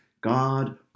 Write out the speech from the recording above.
God